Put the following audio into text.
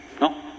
No